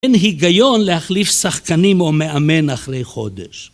אין היגיון להחליף שחקנים או מאמן אחרי חודש.